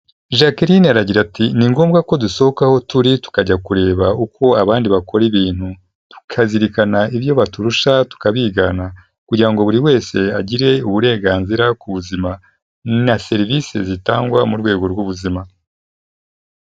Jacqueline aragira ati "Ni ngombwa ko dusohoka aho turi tukajya kureba uko abandi bakora ibintu, tukazirikana ibyo baturusha tukabigana kugira ngo buri wese agire uburenganzira ku buzima na serivisi zitangwa mu rwego rw'ubuzima."